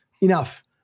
enough